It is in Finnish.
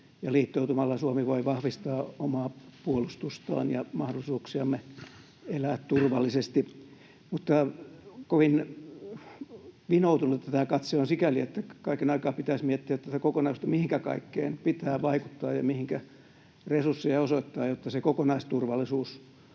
liittoutumalla Suomi voi vahvistaa omaa puolustustaan ja mahdollisuuksiamme elää turvallisesti. Mutta kovin vinoutunutta tämä katse on sikäli, että kaiken aikaa pitäisi miettiä tätä kokonaisuutta, mihinkä kaikkeen pitää vaikuttaa ja mihinkä resursseja osoittaa, jotta se kokonaisturvallisuus